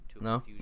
No